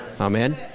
Amen